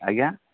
ଆଜ୍ଞା